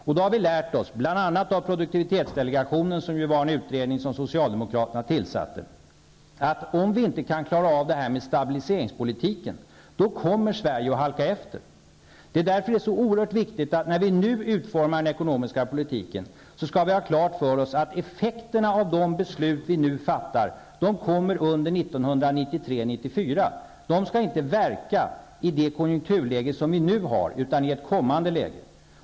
Vi har lärt oss, bl.a. av produktivitetesdelegationen, som ju var en utredning som socialdemokraterna tillsatte, att om vi inte kan klara av stabiliseringspolitiken kommer Sverige att halka efter. Därför är det så oerhört viktigt att vi när vi nu utformar den ekonomiska politiken har klart för oss att effekterna av de beslut som vi nu fattar kommer under 1993 och 1994 -- de skall inte verka i det konjunkturläge som vi nu har utan i ett kommande läge.